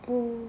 mm